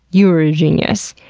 you are a genius.